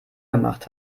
gemacht